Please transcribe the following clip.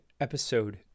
episode